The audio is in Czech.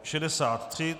63.